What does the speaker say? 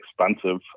expensive